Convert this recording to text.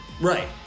Right